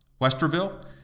Westerville